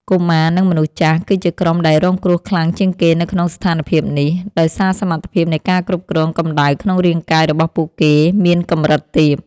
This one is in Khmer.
កុមារ និងមនុស្សចាស់ គឺជាក្រុមដែលរងគ្រោះខ្លាំងជាងគេនៅក្នុងស្ថានភាពនេះ ដោយសារសមត្ថភាពនៃការគ្រប់គ្រងកម្ដៅក្នុងរាងកាយរបស់ពួកគេមានកម្រិតទាប។